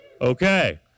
Okay